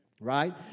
right